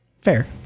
Fair